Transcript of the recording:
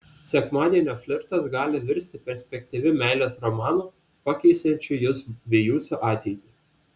sekmadienio flirtas gali virsti perspektyviu meilės romanu pakeisiančiu jus bei jūsų ateitį